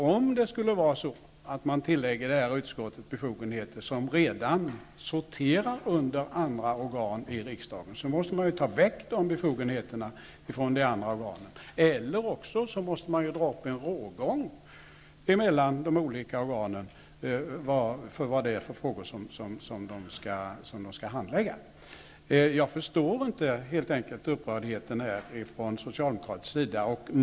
Om man tillägger det här utskottet befogenheter som redan sorterar under andra organ i riksdagen, måste man ta väck de befogenheterna från de andra organen eller också måste man dra upp en rågång mellan de olika organen och bestämma vilka frågor som de skall handlägga. Jag förstår helt enkelt inte upprördheten från socialdemokratisk sida.